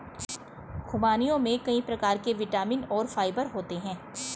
ख़ुबानियों में कई प्रकार के विटामिन और फाइबर होते हैं